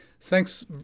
Thanks